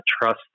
trust